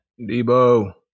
Debo